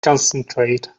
concentrate